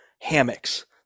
hammocks